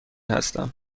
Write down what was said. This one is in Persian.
هستم